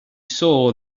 saw